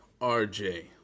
RJ